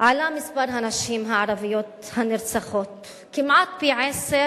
גדל מספר הנשים הערביות הנרצחות כמעט פי-עשרה